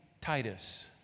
Titus